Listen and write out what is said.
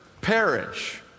perish